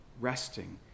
resting